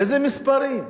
איזה מספרים?